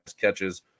catches